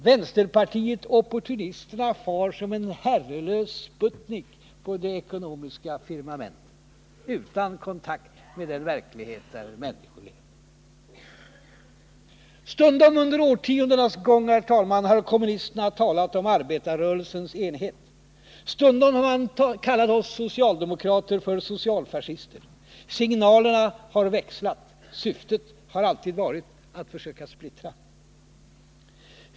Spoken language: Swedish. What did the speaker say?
Vänsterpartiet opportunisterna far omkring som en herrelös sputnik på det ekonomiska firmamentet utan kontakt med den verklighet som människorna lever i. Herr talman! Stundom under årtiondenas gång har kommunisterna talat om arbetarrörelsens enhet. Stundom har man kallat oss socialdemokrater för socialfascister. Signalerna har växlat. Syftet har alltid varit att försöka splittra.